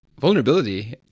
vulnerability